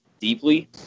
deeply